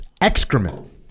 excrement